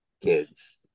kids